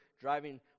driving